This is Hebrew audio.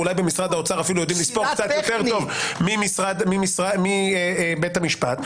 אולי במשרד האוצר אפילו יודעים לספור קצת יותר טוב מבית המשפט.